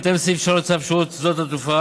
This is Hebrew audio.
ובהתאם לסעיף 3 לצו רשות שדות התעופה